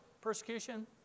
Persecution